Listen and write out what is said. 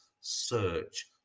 search